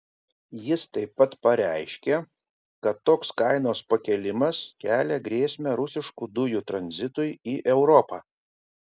jis taip pat pareiškė kad toks kainos pakėlimas kelia grėsmę rusiškų dujų tranzitui į europą